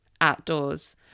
outdoors